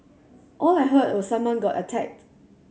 all I heard was someone got attacked